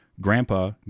grandpa